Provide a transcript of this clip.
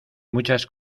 muchas